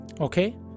Okay